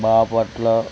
Bapatla